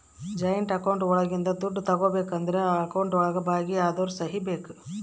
joint account ಒಳಗಿಂದ ದುಡ್ಡು ತಗೋಬೇಕು ಅಂದ್ರು ಅಕೌಂಟ್ ಒಳಗ ಭಾಗಿ ಅದೋರ್ ಸಹಿ ಬೇಕು